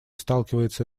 сталкивается